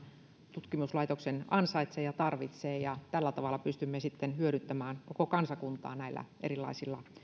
tutkimuslaitoksen ansaitsee ja tarvitsee ja tällä tavalla pystymme sitten hyödyttämään koko kansakuntaa näillä erilaisilla